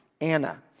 Anna